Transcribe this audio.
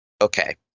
Okay